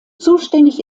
zuständig